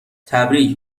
تبریک